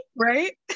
Right